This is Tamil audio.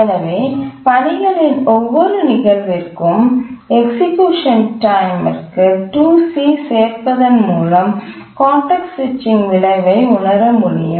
எனவே பணிகளின் ஒவ்வொரு நிகழ்விற்கும் எக்சிக்யூஷன் டைம் ற்கு 2c சேர்ப்பதன் மூலம் கான்டெக்ஸ்ட் சுவிட்சின் விளைவை உணரமுடியும்